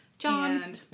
John